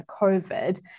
COVID